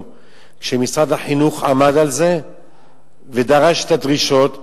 שמשרד החינוך עמד על זה ודרש את הדרישות,